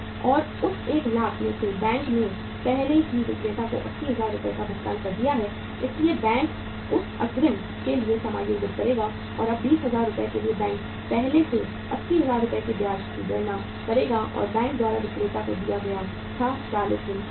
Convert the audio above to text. और उस 1 लाख रुपये में से बैंक ने पहले ही विक्रेता को 80000 रुपये का भुगतान कर दिया है इसलिए बैंक उस अग्रिम के लिए समायोजित करेगा और अब 20000 रुपये के लिए बैंक पहले उस 80000 रुपये के ब्याज की गणना करेगा जो बैंक द्वारा विक्रेता को दिया गया था 40 दिन पहले